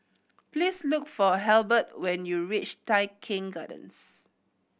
please look for Halbert when you reach Tai Keng Gardens